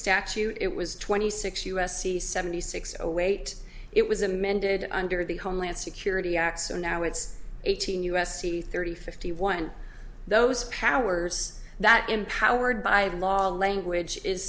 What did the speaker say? statute it was twenty six u s c seventy six oh wait it was amended under the homeland security act so now it's eighteen u s c thirty fifty one those powers that empowered by law language is